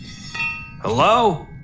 Hello